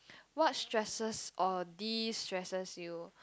what stresses or destresses you